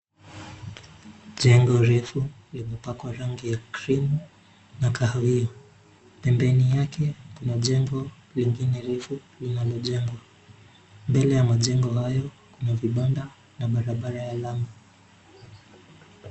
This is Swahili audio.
Jengo refu limepakwa rangi ya [sc]cream[sc] na kahawia. Pembeni yake kuna jengo lingine refu linalojengwa. Mbele ya majengo hayo kuna vibanda na barabara ya lami.